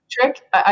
trick